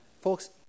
Folks